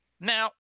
Now